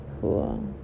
cool